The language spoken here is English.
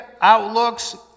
outlooks